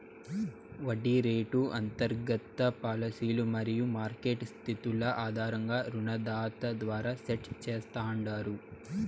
వడ్డీ రేటు అంతర్గత పాలసీలు మరియు మార్కెట్ స్థితుల ఆధారంగా రుణదాత ద్వారా సెట్ చేస్తాండారు